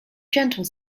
gentle